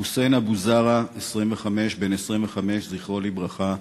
מחמד חוסיין אבו זהרה, בן 25, זכרו לברכה,